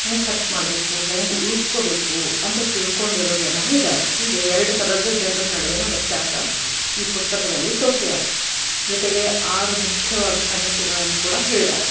ಹೇಗ್ ಖರ್ಚು ಮಾಡಬೇಕು ಹೇಗ್ ಉಳಿಸ್ಕೋಬೇಕು ಅಂತ ತಿಳ್ಕೊಂಡಿರೊ ಜನಾನೂ ಇದ್ದಾರೆ ಹೀಗೆ ಎರಡು ಥರದ್ದ ಜನರ ನಡುವಿನ ವ್ಯತ್ಯಾಸ ಈ ಪುಸ್ತಕದಲ್ಲಿ ತೋರ್ಸಿದ್ದಾರೆ ಜೊತೆಗೆ ಆರು ಮುಖ್ಯವಾದ ಸಂಗತಿಗಳನ್ನು ಕೂಡ ಹೇಳಿದ್ದಾರೆ